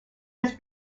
his